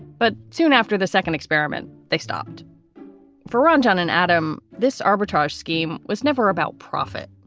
but soon after the second experiment, they stopped for ronge on an atom. this arbitrage scheme was never about profit.